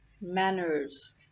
manners